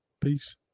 Peace